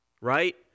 Right